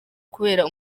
kubera